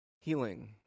Healing